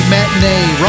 Matinee